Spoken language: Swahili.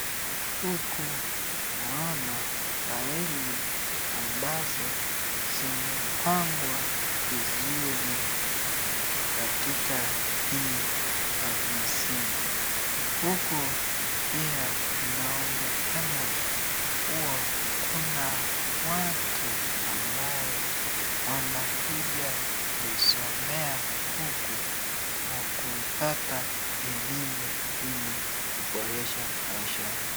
Huku naona failii ambazo zimepangwa vizuri, katika hii afisini huku pia inaoneka kuwa kuna watu ambayo wanakuja kusomea huku na kupata elimu ili kuboresha maisha yake.